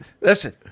listen